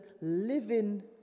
living